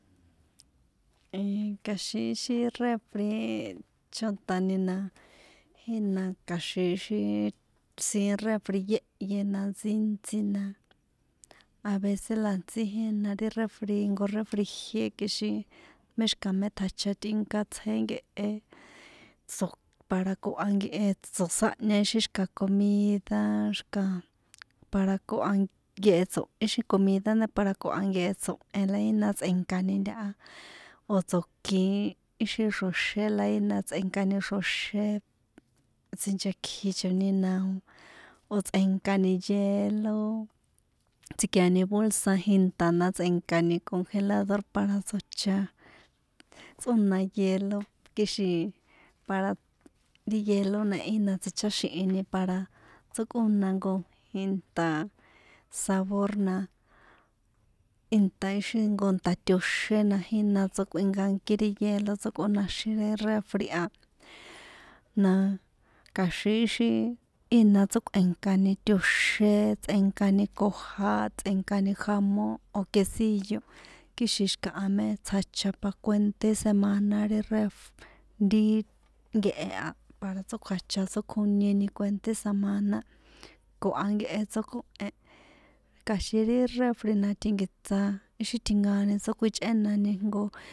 Ii kja̱xin ixi refri chóntani na ína kja̱xin ixi siín refri yéhye na ntsíntsina a vece la a̱ntsí jína ri refri jnko refri jié kixin mé xi̱kaha mé tjacha tꞌinka tsjé nkehe tso̱ para koha nkehe tso̱sáhña ixi xi̱kaha comida a para koha nkehe ixi comida nda para koha nkehe tso̱hen la ina tsꞌe̱nkani ntaha tso̱kin ixi xro̱xé la ína tsꞌe̱nkani xro̱xé tsinchekjichoni na tsꞌe̱nkani hielo tsi̱kia̱ni bolsa jinta la tsꞌe̱nkani cogelador para tso̱cha̱ tsꞌóna hielo kixin para ri hielo na ina tsicháxi̱hi para tsókóna inta sabor na inta ixi jnko nta toxé na jina tsokuinkánki ri hielo tsókꞌónaxin ri refri a na ka̱xin ixi ina tsókꞌue̱nkani toxé tsꞌe̱nkani ko̱ja̱ tsꞌe̱nkani jamón quesillo kixin xi̱kaha mé tsjacha pa kuenté semana ri nkehe a para tsókjuacha tsókjonieni kuenté samana koha nkehe tsókohen kaxin ri refri na tjínkiṭsa̱ ixi tjinkaoni tsókjuichꞌenani.